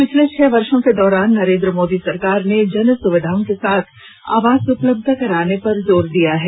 पिछले छह वर्षों के दौरान नरेन्द्र मोदी सरकार ने जन सुविधाओं के साथ आवास उपलब्ध कराने पर जोर दिया है